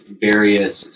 various